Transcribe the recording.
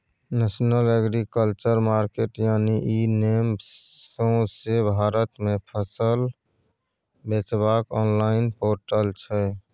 national agriculture market यानी eNAM सौंसे भारत मे फसल बेचबाक आनलॉइन पोर्टल छै